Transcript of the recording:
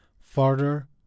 Further